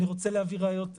אני רוצה להביא ראיות אופי,